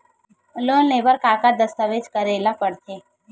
Loan ले बर का का दस्तावेज करेला पड़थे?